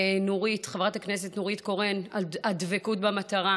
חברת הכנסת נורית קורן, על דבקות במטרה.